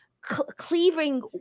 cleaving